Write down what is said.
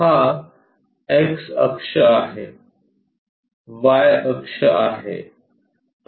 हा एक्स अक्ष आहे वाय अक्ष आहे